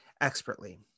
expertly